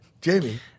Jamie